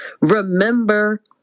Remember